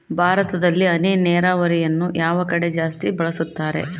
ಭಾರತದಲ್ಲಿ ಹನಿ ನೇರಾವರಿಯನ್ನು ಯಾವ ಕಡೆ ಜಾಸ್ತಿ ಬಳಸುತ್ತಾರೆ?